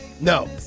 No